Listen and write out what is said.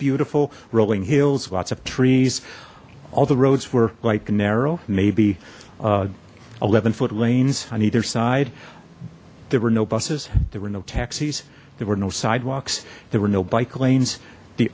beautiful rolling hills lots of trees all the roads were like narrow maybe eleven foot lanes on either side there were no buses there were no taxis there were no sidewalks there were no bike lanes the